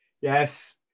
Yes